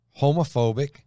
homophobic